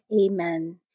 Amen